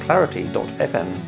Clarity.fm